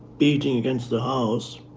beating against the house,